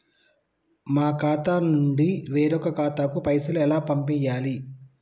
మా ఖాతా నుండి వేరొక ఖాతాకు పైసలు ఎలా పంపియ్యాలి?